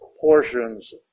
portions